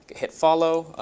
hit follow.